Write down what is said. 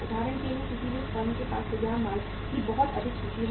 उदाहरण के लिए किसी भी फर्म के पास तैयार माल की बहुत अधिक सूची है